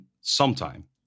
sometime